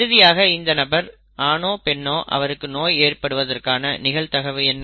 இறுதியாக இந்த நபர் ஆணோ பெண்ணோ அவருக்கு நோய் ஏற்படுவதற்கான நிகழ்தகவு என்ன